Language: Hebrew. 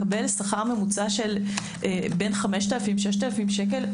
מקבל שכר ממוצע של בין 5,000, 6,000 שקל.